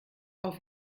auf